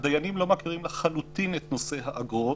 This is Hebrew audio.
הדיינים לחלוטין לא מכירים את נושא האגרות.